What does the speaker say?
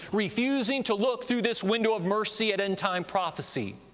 refusing to look through this window of mercy at end-time prophecy.